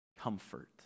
Comfort